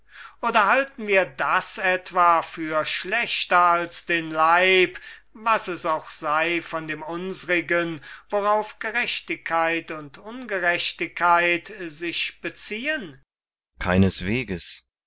oder halten wir das etwa für schlechter als den leib was es auch sei von dem unsrigen worauf gerechtigkeit und ungerechtigkeit sich beziehen kriton keineswegs